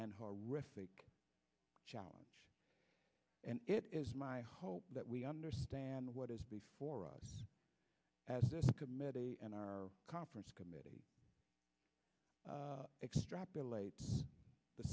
and horrific challenge and it is my hope that we understand what is before us as this committee and our conference committee extrapolate